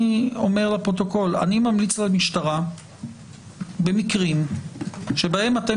אני אומר לפרוטוקול שאני ממליץ למשטרה במקרים שבהם אתם